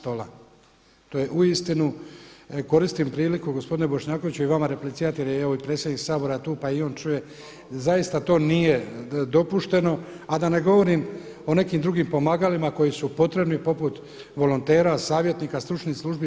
To je uistinu, koristim priliku gospodine Bošnjakoviću i vama replicirati evo i predsjednik Sabora tu pa i on čuje, zaista to nije dopušteno, a da ne govorim o nekim drugim pomagalima koji su potrebni poput volontera, savjetnika, stručnih službi.